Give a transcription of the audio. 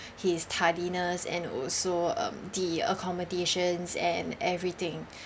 his tardiness and also um the accommodations and everything